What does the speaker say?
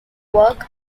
work